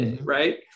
Right